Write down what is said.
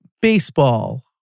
baseball